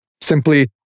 simply